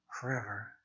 forever